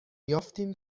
یافتیم